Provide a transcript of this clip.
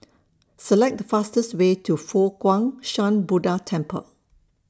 Select The fastest Way to Fo Guang Shan Buddha Temple